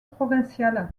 provinciale